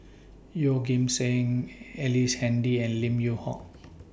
Yeoh Ghim Seng Ellice Handy and Lim Yew Hock